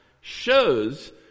shows